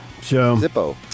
Zippo